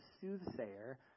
soothsayer